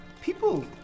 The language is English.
People